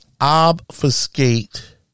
obfuscate